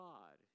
God